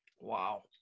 Wow